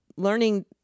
Learning